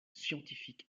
scientifique